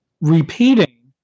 repeating